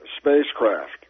spacecraft